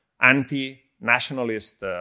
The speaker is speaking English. anti-nationalist